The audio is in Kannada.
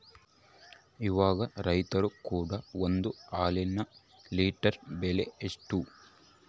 ಇವಾಗ ರೈತರು ಕೊಡೊ ಒಂದು ಲೇಟರ್ ಹಾಲಿಗೆ ಬೆಲೆ ಎಷ್ಟು?